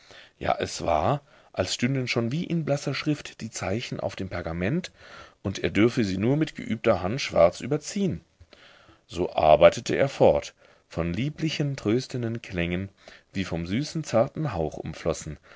ja es war als stünden schon wie in blasser schrift die zeichen auf dem pergament und er dürfe sie nur mit geübter hand schwarz überziehen so arbeitete er fort von lieblichen tröstenden klängen wie vom süßen zarten hauch umflossen